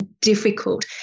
difficult